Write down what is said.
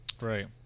Right